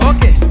Okay